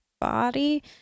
body